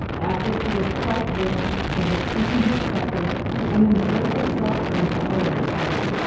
after she was quite warm and had eaten her supper and enjoyed herself for an hour or so,